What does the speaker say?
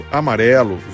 amarelo